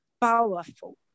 powerful